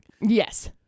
Yes